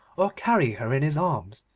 or carry her in his arms,